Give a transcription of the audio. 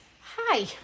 hi